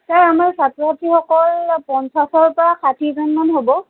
sir আমাৰ ছাত্ৰ ছাত্ৰীসকল পঞ্চাছৰ পৰা ষাঠীজনমান হ'ব